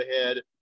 ahead